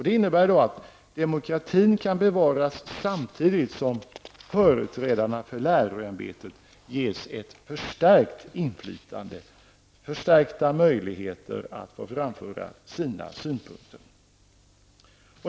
Det innebär att demokratin kan bevaras samtidigt som företrädarna för läroämbetet ges ett förstärkt inflytande, förstärkta möjligheter att framföra sin synpunkter.